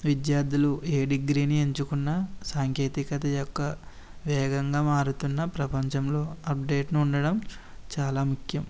విద్యార్థులు ఏ డిగ్రీని ఎంచుకున్న సాంకేతికత యొక్క వేగంగా మారుతున్న ప్రపంచంలో అప్డేట్ను ఉండడం చాలా ముఖ్యం